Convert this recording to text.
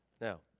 Now